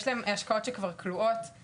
יש להם השקעות שכבר כלואות,